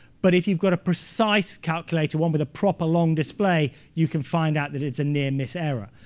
but if you've got a precise calculator, one with a proper long display, you can find out that it's a near-miss error.